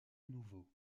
nouveau